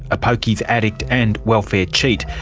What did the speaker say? a pokies addict and welfare cheat,